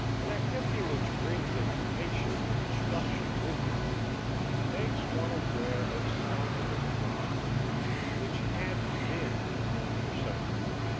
an activity which brings education or instruction with it makes one aware of some of the connections which had been imperceptible.